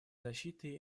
защиты